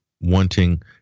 wanting